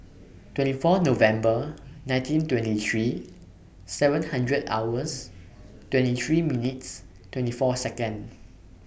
twenty four November nineteen twenty three seven one hundred hours twenty three minutes twenty four Seconds